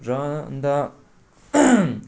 र अन्त